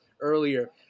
earlier